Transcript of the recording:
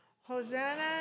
Hosanna